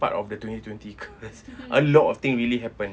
part of the twenty twenty curse a lot of thing really happened